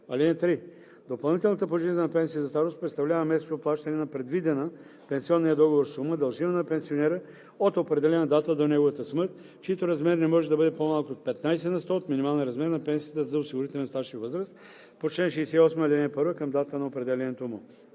ал. 1. (3) Допълнителната пожизнена пенсия за старост представлява месечно плащане на предвидена в пенсионния договор сума, дължима на пенсионера от определена дата до неговата смърт, чийто размер не може да бъде по-малък от 15 на сто от минималния размер на пенсията за осигурителен стаж и възраст по чл. 68, ал. 1 към датата на определянето му.